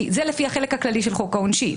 זה לפי החלק הכללי של חוק העונשין,